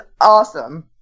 awesome